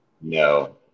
No